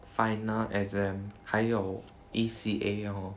final exam 还有 E_C_A orh